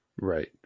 right